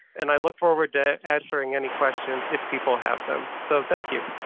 and i look forward to answering any questions if people have them. so, thank you.